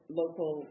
local